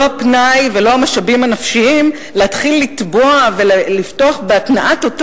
לא הפנאי ולא המשאבים הנפשיים להתחיל לתבוע ולפתוח בהתנעת אותו